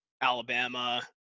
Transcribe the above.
Alabama